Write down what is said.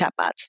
chatbots